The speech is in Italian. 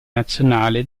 nazionale